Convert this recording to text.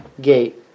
gate